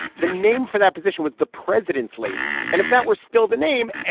the name for that position was the president's lady and if that were still the name,